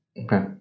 okay